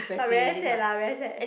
but very sad lah very sad